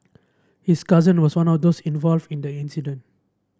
his cousin was one of those involved in the incident